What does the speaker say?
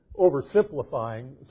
oversimplifying